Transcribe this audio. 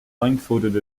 blindfolded